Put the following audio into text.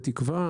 בתקווה,